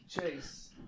Chase